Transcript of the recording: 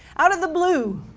out of the blue,